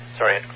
Sorry